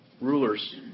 rulers